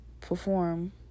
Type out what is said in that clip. perform